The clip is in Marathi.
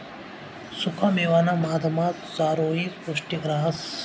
सुखा मेवाना मधमा चारोयी पौष्टिक रहास